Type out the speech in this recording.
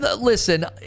listen